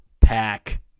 Pack